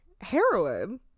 heroin